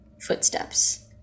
footsteps